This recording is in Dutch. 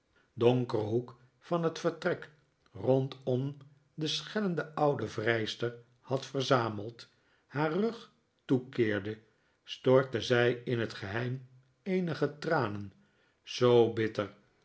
donkeren hoek van het vertrek rondom de scheldende oude vrijster had verzameld haar rug toekeerde stortte zij in het geheim eenige tranen zoo bitter